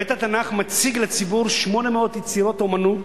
בית-התנ"ך מציג לציבור 800 יצירות אמנות